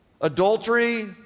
Adultery